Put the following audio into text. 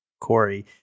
Corey